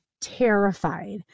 terrified